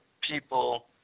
people